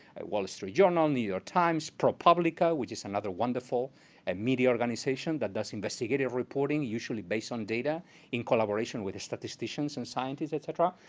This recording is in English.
wall street journal, new york times, propublica, which is another wonderful and media organization that does investigative reporting, usually based on data in collaboration with statisticians and scientists, et cetera.